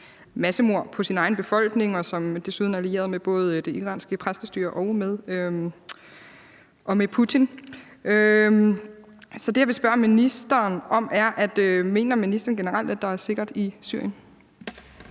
på sin egen befolkning og desuden er allieret med både det iranske præstestyre og Putin. Det, jeg vil spørge ministeren om, er: Mener ministeren generelt, at der er sikkert i Syrien?